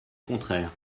contraire